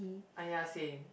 I ask him